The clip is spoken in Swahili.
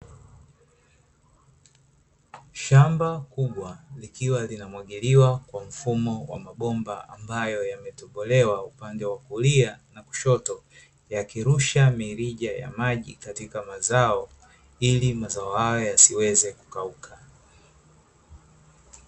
Shamba kubwa likiwa linamwagiliwa kwa mfumo wa mabomba, ambayo yametobolewa upande wa kulia na kushoto, yakirusha mirija ya maji katika mazao, ili mazao hayo yasiweze kukauka.